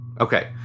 Okay